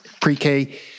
pre-K